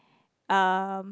um